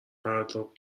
پرتاب